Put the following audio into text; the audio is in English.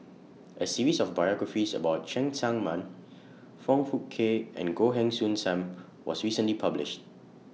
A series of biographies about Cheng Tsang Man Foong Fook Kay and Goh Heng Soon SAM was recently published